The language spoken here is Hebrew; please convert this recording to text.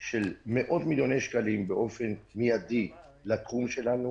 של מאות מיליוני שקלים באופן מיידי לתחום שלנו,